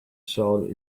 sword